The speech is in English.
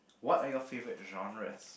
what are your favourite genres